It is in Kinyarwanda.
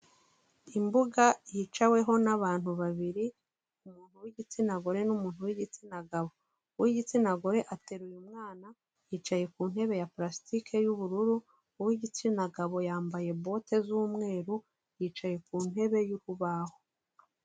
Imbuga yicaweho n'abantu babiri, umuntu w'igitsina gore n'umuntu w'igitsina gabo. Uw'igitsina gore ateruye umwana, yicaye ku ntebe ya purasitike y'ubururu, uw'igitsina gabo yambaye bote z'umweru, yicaye ku ntebe y'urubaho.